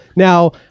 Now